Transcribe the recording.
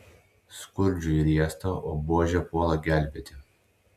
skurdžiui riesta o buožė puola gelbėti